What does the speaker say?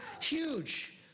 huge